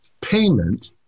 payment